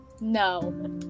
No